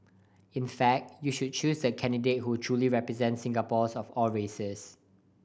in fact you should choose the candidate who truly represents Singaporeans of all races